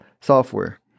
software